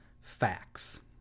facts